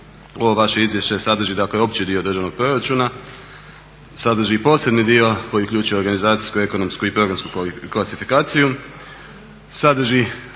ovo vaše izvješće sadrži dakle opći dio državnog proračuna, sadrži i posebni dio koji uključuje organizaciju ekonomsku i programsku klasifikaciju, sadrži